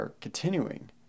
continuing